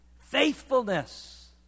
faithfulness